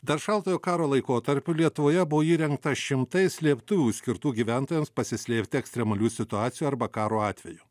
dar šaltojo karo laikotarpiu lietuvoje buvo įrengta šimtai slėptuvių skirtų gyventojams pasislėpti ekstremalių situacijų arba karo atveju